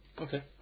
okay